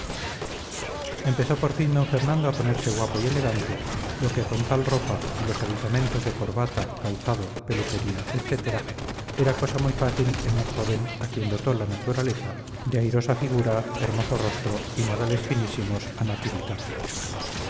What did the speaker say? empezó por fin d fernando a ponerse guapo y elegante lo que con tal ropa y los aditamentos de corbata calzado peluquería etc era cosa muy fácil en un joven a quien dotó la naturaleza de airosa figura hermoso rostro y modales finísimos a nativitate